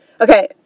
Okay